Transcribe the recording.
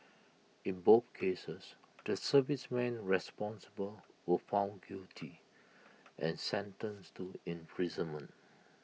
in both cases the servicemen responsible were found guilty and sentenced to imprisonment